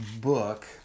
book